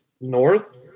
north